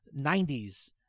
90s